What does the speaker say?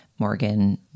Morgan